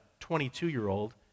22-year-old